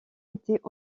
était